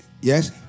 Yes